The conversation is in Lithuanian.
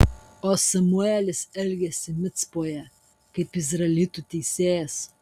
o samuelis elgėsi micpoje kaip izraelitų teisėjas